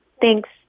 Thanks